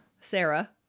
Sarah